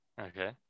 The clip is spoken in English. Okay